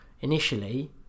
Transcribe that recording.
initially